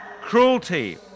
cruelty